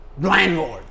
landlord